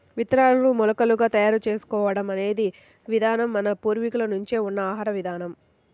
విత్తనాలను మొలకలుగా తయారు చేసుకోవడం అనే విధానం మన పూర్వీకుల నుంచే ఉన్న ఆహార విధానం